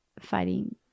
fighting